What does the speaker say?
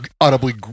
audibly